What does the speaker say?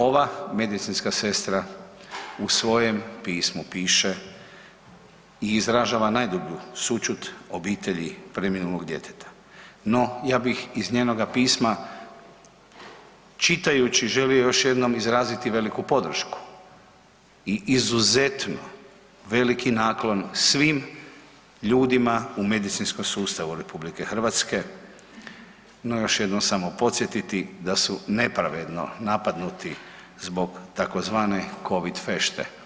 Ova medicinska sestra u svojem pismu piše i izražava najdublju sućut obitelji preminulog djeteta, no, ja bih iz njenoga pisma čitajući želio još jednom izraziti veliku podršku i izuzetno veliki naklon svim ljudima u medicinskom sustavu RH, no, još jednom samo podsjetiti da su nepravedno napadnuti zbog tzv. „Covid fešte“